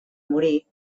morir